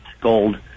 gold